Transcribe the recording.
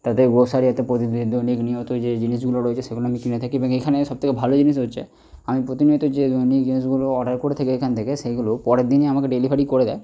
তাদের গ্রোসারিতে প্রতিদিন দৈনিক নিয়ত যে জিনিসগুলো রয়েছে সেগুলো আমি কিনে থাকি এবং এখানে সব থেকে ভালো জিনিস হচ্ছে আমি প্রতিনিয়ত যে দৈনিক জিনিসগুলো অর্ডার করে থাকি এখান থেকে সেইগুলো পরের দিনই আমাকে ডেলিভারি করে দেয়